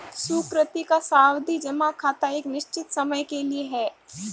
सुकृति का सावधि जमा खाता एक निश्चित समय के लिए है